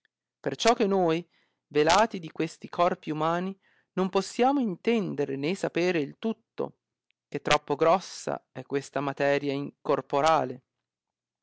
gasparino perciò che noi velati di questi corpi umani non possiamo intendere né sapere il tutto che troppo grossa è questa materia corporale